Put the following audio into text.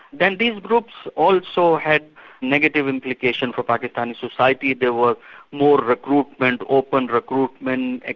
then these groups also had negative implication for pakistan society, there were more recruitment, open recruitment, and ah